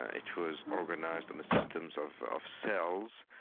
ah it was organised on the systems of cells,